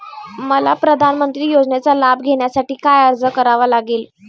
मला प्रधानमंत्री योजनेचा लाभ घेण्यासाठी काय अर्ज करावा लागेल?